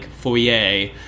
foyer